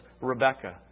Rebecca